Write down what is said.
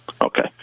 Okay